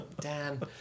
Dan